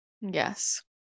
Yes